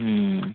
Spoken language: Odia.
ହୁଁ